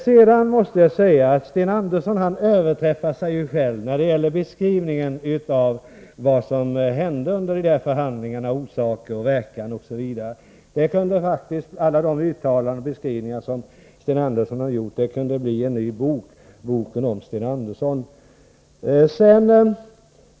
Jag måste säga att Sten Andersson överträffar sig själv när det gäller beskrivningen av vad som hände under de där förhandlingarna, orsaker och verkan osv. Alla de uttalanden och beskrivningar som Sten Andersson har gjort kunde faktiskt bli en ny bok, Boken om Sten Andersson.